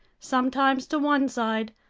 sometimes to one side,